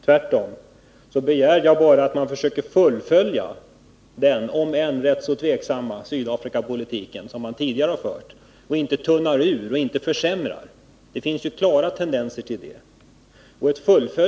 Tvärtom begär jag bara att man försöker fullfölja den, om än lätt tvivelaktiga, Sydafrikapolitik som tidigare har förts och inte tunna ut och försämra. Det finns ju klara tendenser i den riktningen.